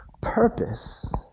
purpose